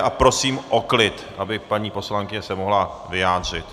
A prosím o klid, aby se paní poslankyně mohla vyjádřit.